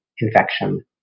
infection